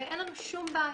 אין לנו שום בעיה,